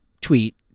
tweet